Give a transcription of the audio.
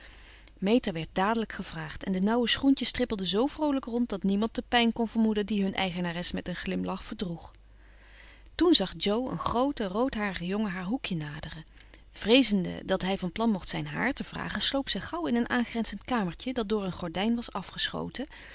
meta werd dadelijk gevraagd en de nauwe schoentjes trippelden zoo vroolijk rond dat niemand de pijn kon vermoeden die hun eigenares met een glimlach verdroeg toen zag jo een grooten roodharigen jongen haar hoekje naderen vreezende dat hij van plan mocht zijn haar te vragen sloop zij gauw in een aangrenzend kamertje dat door een gordijn was afgeschoten